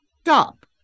Stop